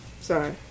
sorry